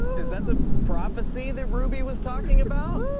is that the prophecy that ruby was talking about?